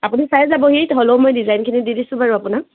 আপুনি চাই যাবহি হ'লেও মই ডিজাইনখিনি দি দিছোঁ বাৰু আপোনাক